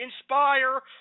inspire